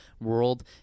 world